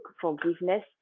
forgiveness